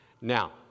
Now